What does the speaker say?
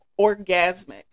Orgasmic